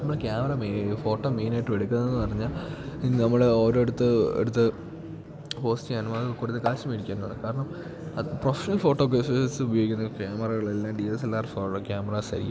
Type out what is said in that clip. നമ്മൾ camera photo മെയിനായിട്ടും എടുക്കുന്നു എന്നു പറഞ്ഞാൽ നമ്മൾ അവരെ അടുത്ത് എടുത്ത് പോസ്റ്റ് ചെയ്യാനും അത് കൂടുതൽ കാശു മേടിക്കാനും ആണ് കാരണം അത് പ്രൊഫഷണൽ ഫോട്ടോഗേഫേഴ്സ് ഉപയോഗിക്കുന്ന ക്യാമറകൾ എല്ലാം ഡി എസ് എൽ ആർസുള്ള ക്യാമറാസ് ആയിരിക്കും